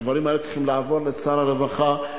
הדברים האלה צריכים לעבור לשר הרווחה,